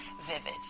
vivid